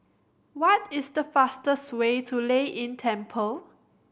what is the fastest way to Lei Yin Temple